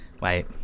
Wait